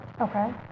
okay